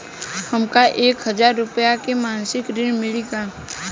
हमका एक हज़ार रूपया के मासिक ऋण मिली का?